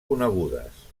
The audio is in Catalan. conegudes